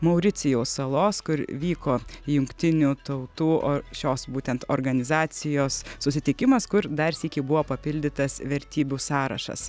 mauricijaus salos kur vyko jungtinių tautų o šios būtent organizacijos susitikimas kur dar sykį buvo papildytas vertybių sąrašas